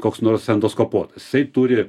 koks nors endoskopuotas jisai turi